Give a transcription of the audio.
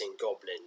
goblin